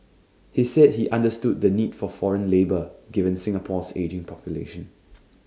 he said he understood the need for foreign labour given Singapore's ageing population